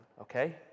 okay